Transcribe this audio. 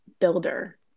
builder